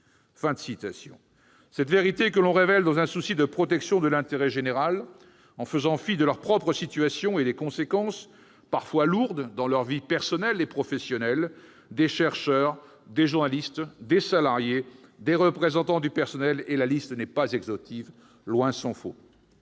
...» Cette vérité que révèlent, dans un souci de protection de l'intérêt général, en faisant fi de leur propre situation et des conséquences parfois lourdes sur leur vie personnelle et professionnelle, des chercheurs, des journalistes, des salariés, des représentants du personnel- la liste n'est pas exhaustive. Aujourd'hui,